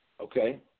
Okay